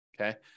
okay